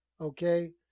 Okay